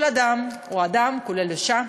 כל אדם הוא אדם, כולל אישה,